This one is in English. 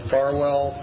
Farwell